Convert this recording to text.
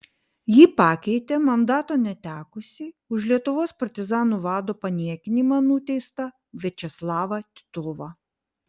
ji pakeitė mandato netekusį už lietuvos partizanų vado paniekinimą nuteistą viačeslavą titovą